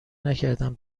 نکردم